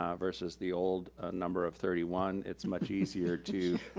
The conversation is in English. um versus the old number of thirty one, it's much easier to,